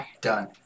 Done